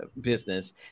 business